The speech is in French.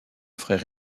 frère